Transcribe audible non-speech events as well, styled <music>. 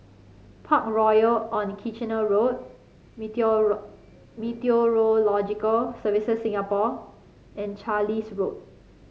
Parkroyal on Kitchener Road <unintelligible> Meteorological Services Singapore and Carlisle Road